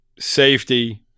Safety